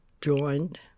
joined